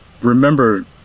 remember